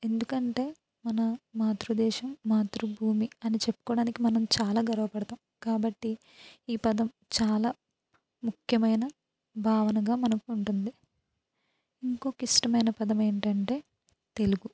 ఎందుకంటే మన మాతృదేశం మాతృభూమి అని చెప్పుకోడానికి మనం చాలా గర్వపడతాం కాబట్టి ఈ పదం చాలా ముఖ్యమైన భావనగా మనకు ఉంటుంది ఇంకొక ఇష్టమైన పదం ఏంటంటే తెలుగు